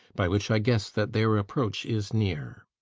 by which i guess that their approach is near.